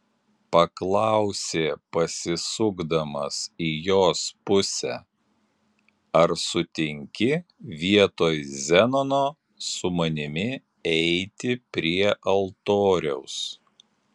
paklausė pasisukdamas į jos pusę ar sutinki vietoj zenono su manimi eiti prie altoriaus